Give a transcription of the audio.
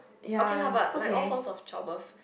okay lah but like all forms of childbirth